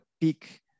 peak